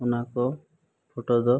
ᱚᱱᱟ ᱠᱚ ᱯᱷᱳᱴᱳ ᱫᱚ